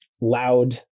loud